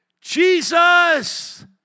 Jesus